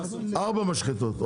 ארבע משחטות,